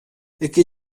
эки